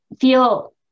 feel